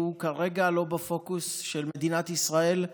שהוא כרגע לא בפוקוס של מדינת ישראל,